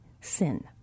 sin